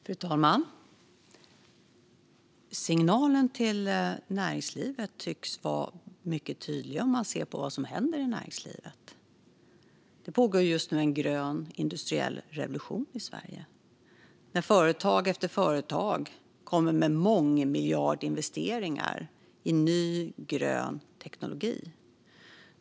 Fru talman! Signalen till näringslivet tycks vara mycket tydlig om man ser på vad som händer i näringslivet. Det pågår just nu en grön industriell revolution i Sverige, där företag efter företag kommer med mångmiljardinvesteringar i ny, grön teknologi.